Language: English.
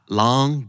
long